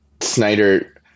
Snyder